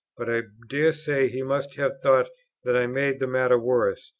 but i dare say he must have thought that i made the matter worse,